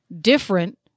different